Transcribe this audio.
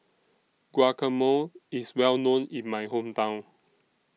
Guacamole IS Well known in My Hometown